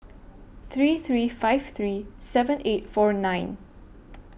three three five three seven eight four nine